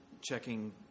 checking